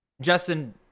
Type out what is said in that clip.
Justin